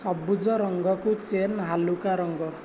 ସବୁଜ ରଙ୍ଗକୁ ଚେନ୍ ହାଲୁକା ରଙ୍ଗ